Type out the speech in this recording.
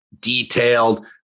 detailed